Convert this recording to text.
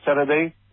Saturday